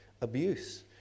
abuse